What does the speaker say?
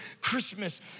Christmas